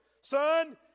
Son